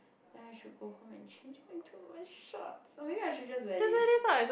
ya I should go home and change into my shorts or maybe I should just wear this